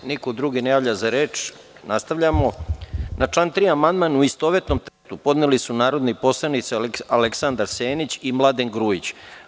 Da li se još neko javlja za reč? (Ne.) Na član 3. amandman, u istovetnom tekstu, podneli su narodni poslanici Aleksandar Senić i Mladen Grujić.